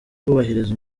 kubahiriza